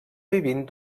vivint